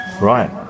Right